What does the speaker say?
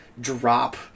drop